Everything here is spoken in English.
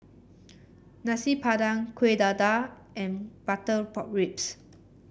Nasi Padang Kueh Dadar and Butter Pork Ribs